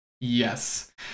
yes